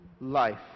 life